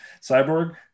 Cyborg